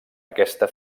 aquesta